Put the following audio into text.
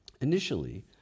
Initially